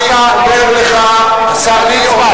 השר ליצמן, את הדיון.